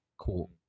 cool